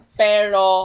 pero